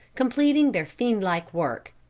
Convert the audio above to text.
completing their fiendlike work.